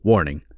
Warning